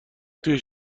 توی